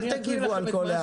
אל תגיבו על כל הערה.